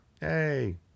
Hey